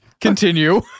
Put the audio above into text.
Continue